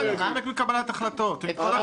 אבל למה להתחמק מקבלת החלטות, עם כל הכבוד?